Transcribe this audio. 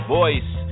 voice